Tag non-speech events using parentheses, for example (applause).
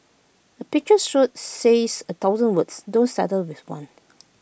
A picture (unintelligible) says A thousand words don't settle with one